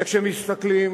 וכשמסתכלים